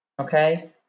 Okay